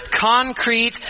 concrete